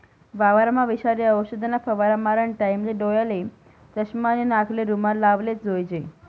वावरमा विषारी औषधना फवारा मारानी टाईमले डोयाले चष्मा आणि नाकले रुमाल लावलेच जोईजे